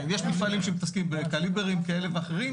אם יש מפעלים שמתעסקים בקליברים כאלה ואחרים,